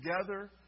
together